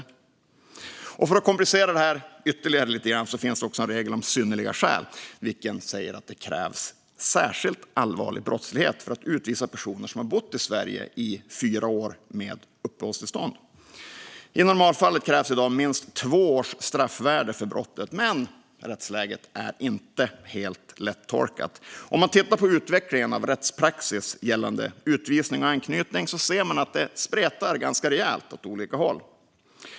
För att komplicera det här ytterligare lite grann finns det också en regel om synnerliga skäl, vilken säger att det krävs särskilt allvarlig brottslighet för att utvisa personer som har bott i Sverige i fyra med uppehållstillstånd. I normalfallet krävs i dag minst två års straffvärde för brottet, men rättsläget är inte helt lättolkat. Om man tittar på utvecklingen av rättspraxis gällande utvisning och anknytning ser man att det spretar ganska rejält åt olika håll.